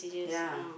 ya